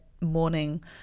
morning